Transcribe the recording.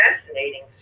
fascinating